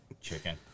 Chicken